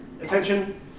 Attention